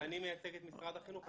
אני מייצג את משרד החינוך.